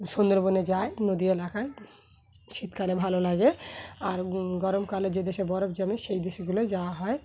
সুন্দরবনে যায় নদী এলাকায় শীতকালে ভালো লাগে আর গরমকালে যে দেশে বরফ জমে সেই দেশগুলো যাওয়া হয়